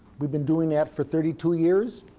we've been doing that for thirty two years.